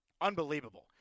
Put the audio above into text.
Unbelievable